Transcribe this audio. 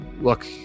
look